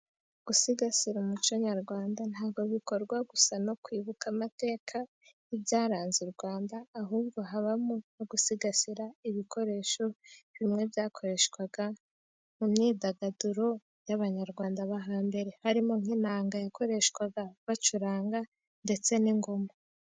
Gusigasira umuco nyarwanda, ntabwo bikorwa gusa no kwibuka amateka y'ibyaranze u Rwanda, ahubwo habamo no gusigasira ibikoresho, bimwe byakoreshwaga mu myidagaduro y'abanyarwanda bo hambere, harimo nk'inanga yakoreshwaga bacuranga, ndetse n'ingoma.